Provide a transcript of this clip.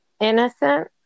innocent